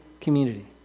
community